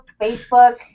Facebook